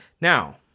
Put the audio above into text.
Now